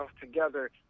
together